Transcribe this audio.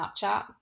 snapchat